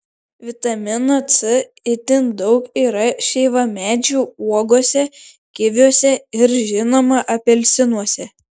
vitamino c itin daug yra šeivamedžių uogose kiviuose ir žinoma apelsinuose